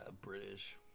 British